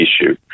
issue